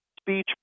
speech